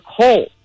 coal